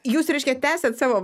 jūs reiškia tęsiat savo